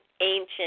ancient